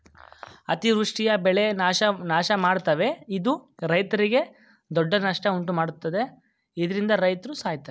ಅತಿವೃಷ್ಟಿಯು ಬೆಳೆ ನಾಶಮಾಡ್ತವೆ ಇದು ರೈತ್ರಿಗೆ ದೊಡ್ಡ ನಷ್ಟ ಉಂಟುಮಾಡ್ತದೆ ಇದ್ರಿಂದ ರೈತ್ರು ಸಾಯ್ತರೆ